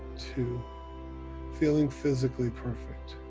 two feeling physically perfect,